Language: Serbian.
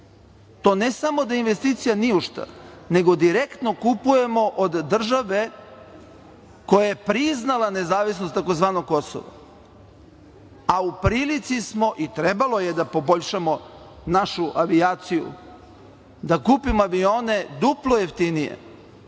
To ne samo da je investicija ni u šta, nego direktno kupujemo od države koja je priznala nezavisnost tzv. Kosova, a u prilici smo i trebalo je da poboljšamo našu avijaciju, da kupimo avione duplo jeftinije,